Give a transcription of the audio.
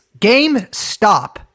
GameStop